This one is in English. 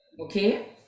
Okay